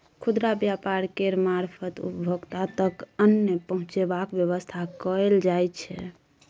खुदरा व्यापार केर मारफत उपभोक्ता तक अन्न पहुंचेबाक बेबस्था कएल जाइ छै